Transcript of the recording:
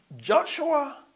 Joshua